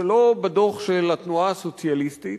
זה לא בדוח של התנועה הסוציאליסטית,